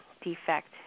defect